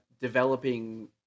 developing